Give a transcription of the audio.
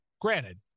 granted